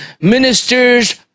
ministers